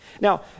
Now